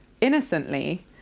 innocently